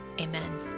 Amen